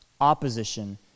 opposition